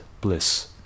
bliss